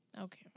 okay